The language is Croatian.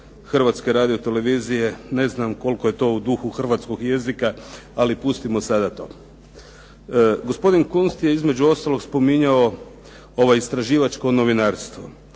Hrvatske radio-televizije ne znam koliko je to u duhu hrvatskog jezika, ali pustimo sada to. Gospodin Kunst je između ostalog spominjao ovo istraživačko novinarstvo.